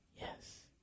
yes